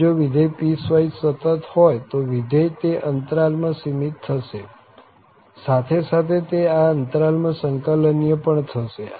આમ જો વિધેય પીસવાઈસ સતત હોય તો વિધેય તે અંતરાલ માં સીમિત થશે સાથે સાથે તે આ અંતરાલ માં સંક્લનીય પણ થશે